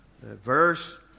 verse